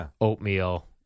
oatmeal